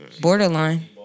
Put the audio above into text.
Borderline